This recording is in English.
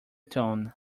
tone